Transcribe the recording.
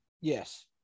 Yes